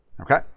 okay